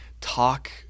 Talk